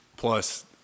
plus